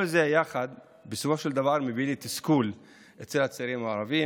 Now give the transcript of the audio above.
כל זה יחד בסופו של דבר מביא לתסכול אצל הצעירים הערבים.